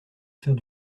faire